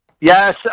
Yes